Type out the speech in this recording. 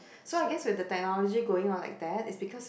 so I guess with the technology going on like that is because